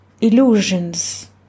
illusions